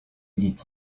dit